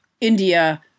India